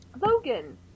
logan